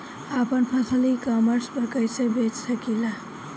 आपन फसल e commerce पर कईसे बेच सकिले?